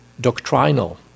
doctrinal